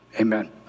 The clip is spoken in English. Amen